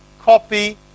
copy